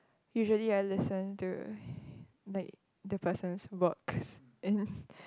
usually I listen to like the person work in